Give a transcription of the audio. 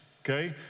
okay